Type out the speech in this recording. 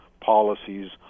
policies